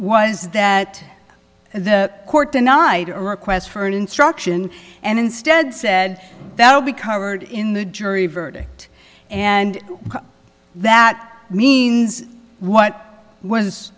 was that the court denied a request for an instruction and instead said that would be covered in the jury verdict and that means what was